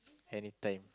anytime